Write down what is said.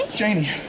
Janie